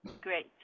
Great